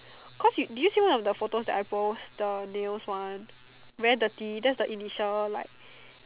cause you did you see one of the photos that I post the nails one very dirty that's the initial like